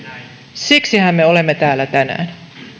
siksihän me olemme täällä tänään